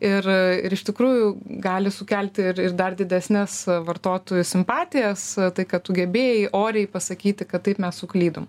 ir ir iš tikrųjų gali sukelti ir ir dar didesnes vartotojų simpatijas tai kad tu gebėjai oriai pasakyti kad taip mes suklydom